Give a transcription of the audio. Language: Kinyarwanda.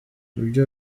ibyo